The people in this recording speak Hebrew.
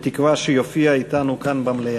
בתקווה שיופיע כאן במליאה.